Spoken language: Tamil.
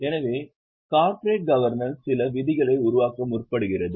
எனவே கார்ப்பரேட் கவர்னன்ஸ் சில விதிகளை உருவாக்க முற்படுகிறது